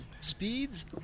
Speeds